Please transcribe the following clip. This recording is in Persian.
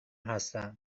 هستم